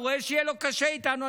הוא רואה שיהיה לו קשה איתנו,